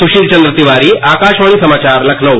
सुसील चंद्र तिवारी आकासवाणी समाचार लखनऊ